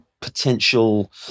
potential